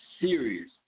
serious